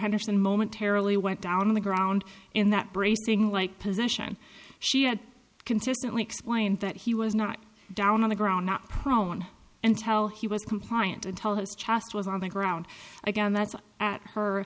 henderson momentarily went down on the ground in that bracing like position she had consistently explained that he was not down on the ground not prone and tell he was compliant until his chest was on the ground again that's at her